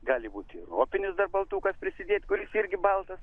gali būti ropinis dar baltukas prisidėti kuris irgi baltas